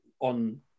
on